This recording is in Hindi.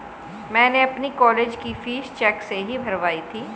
मैंने अपनी कॉलेज की फीस चेक से ही भरवाई थी